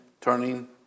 turning